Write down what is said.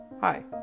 Hi